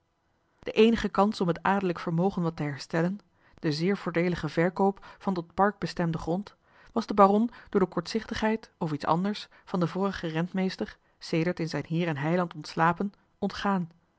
de eenige kans om het adellijk vermogen wat te herstellen de zeer voordeelige verkoop van tot park bestemden grond was den baron door de kortzichtigheid of iets anders van den vorigen rentmeester sedert in zijn heer en heiland ontslapen ontgaan